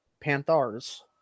Panthers